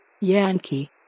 Yankee